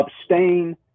abstain